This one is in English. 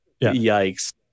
Yikes